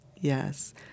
Yes